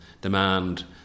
demand